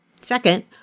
second